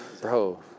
Bro